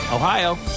Ohio